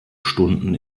stunden